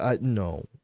No